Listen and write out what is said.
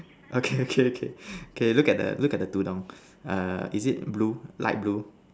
okay okay okay okay look at the look at the Tudung is it blue is it light blue